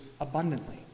abundantly